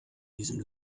diesem